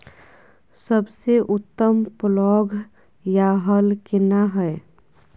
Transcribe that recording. सबसे उत्तम पलौघ या हल केना हय?